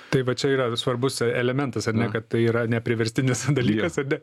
tai va čia yra svarbus elementas ar ne kad tai yra nepriverstinis dalykas ar ne